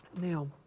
Now